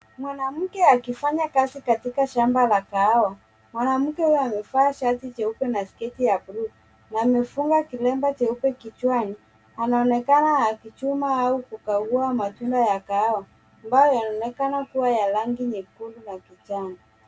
Mwanamke akifanya kazi katika shamba la kahawa. Mwanamke huyo amevaa shati jeupe na sketi ya buluu na amefunga kilemba cheupe kichwani. Anaonekana akichuma au kukagua matunda ya kahawa ambayo yanaonekana kuwa ya rangi nyekundu na kijani.